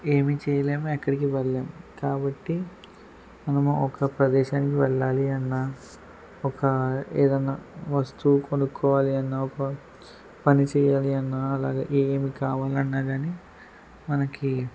ఏమి చేయలేం ఎక్కడికి వెళ్ళలేం కాబట్టి మనము ఒక ప్రదేశం వెళ్ళాలి అన్న ఒక ఏదన్న వస్తువు కొనుక్కోవాలి అన్న ఒక పని చేయాలన్న అలాగే ఏమి కావాలన్నా గానీ మనకి